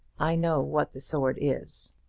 i know what the sword is.